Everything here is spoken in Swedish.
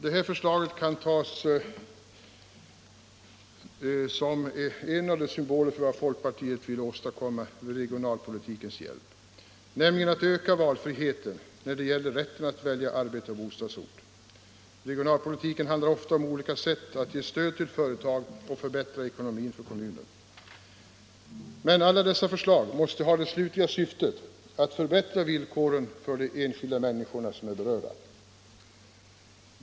Det här förslaget kan tas som en av symbolerna för vad folkpartiet vill åstadkomma med regionalpolitikens hjälp — nämligen att öka valfriheten när det gäller rätten att välja arbete och bostadsort. Regionalpolitiken handlar ofta om olika sätt att ge stöd till företag och förbättra ekonomin för kommuner. Men alla dessa förslag måste ha det slutliga syftet att förbättra villkoren för de enskilda människor som är berörda.